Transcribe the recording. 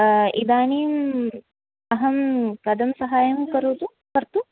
इदानीम् अहं कथं सहायं करोतु कर्तुं